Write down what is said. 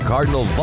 Cardinal